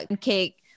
cake